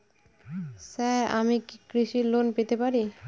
Sir আমি কি কৃষি লোন পেতে পারি?